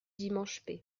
dimanche